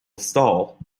stall